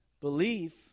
Belief